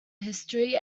history